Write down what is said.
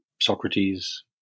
Socrates